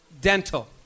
dental